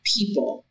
people